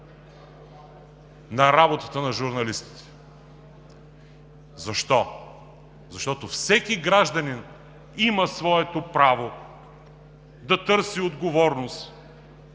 на работата на журналистите. Защо? Защото всеки гражданин има своето право да търси отговорност